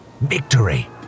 victory